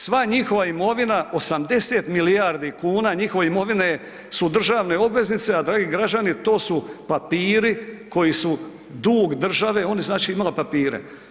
Sva njihova imovina 80 milijardi kuna njihove imovine su državne obveznice, a dragi građani to su papiri koji su dug države, ona je znači imala papire.